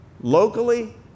Locally